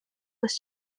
was